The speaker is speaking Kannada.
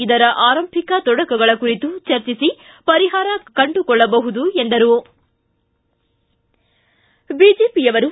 ಇದರ ಆರಂಭಿಕ ತೊಡಕುಗಳ ಕುರಿತು ಚರ್ಚಿಸಿ ಪರಿಹಾರ ಕಂಡುಕೊಳ್ಳಬಹುದು ಎಂದರು